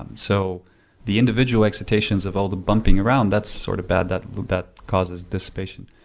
um so the individual excitations of all the bumping around, that's sort of bad, that that causes dissipation.